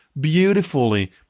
beautifully